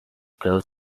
close